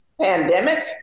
pandemic